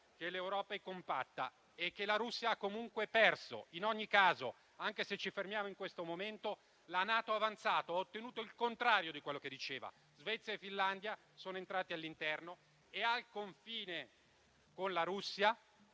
che l'Europa è compatta e che la Russia ha comunque perso: in ogni caso, anche se ci fermiamo in questo momento, la NATO è avanzata. Putin ha ottenuto il contrario di quello che diceva: Svezia e Finlandia sono entrate all'interno del Patto atlantico e al confine con la Russia